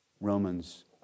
Romans